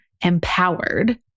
empowered